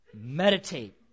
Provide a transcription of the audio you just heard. meditate